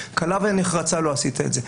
כלה ונחרצה לא עשית את זה.